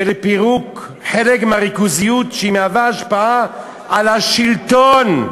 ולפירוק חלק מהריכוזיות, שמהווה השפעה על השלטון.